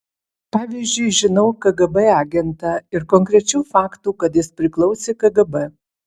pavyzdžiui žinau kgb agentą ir konkrečių faktų kad jis priklausė kgb